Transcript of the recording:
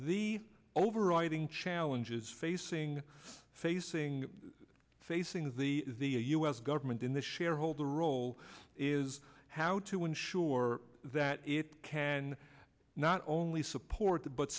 the overriding challenges facing facing facing the the a u s government in the shareholder role is how to ensure that it can not only support but